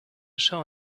show